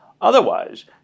Otherwise